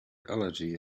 allergy